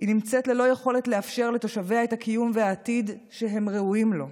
נמצאת ללא יכולת לאפשר לתושביה את הקיום והעתיד שהם ראויים לו.